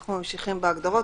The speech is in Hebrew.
אנחנו ממשיכים בהגדרות.